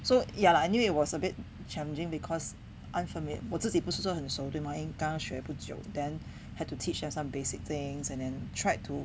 so ya lah I knew it was a bit challenging because unfamiliar 我自己不是说很熟对吗因为刚刚学不久 then had to teach her some basic things and then tried to